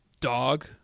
dog